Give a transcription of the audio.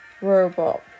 robot